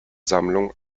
sammlung